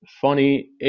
funny